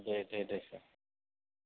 दे दे सार